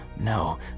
No